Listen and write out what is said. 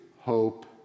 hope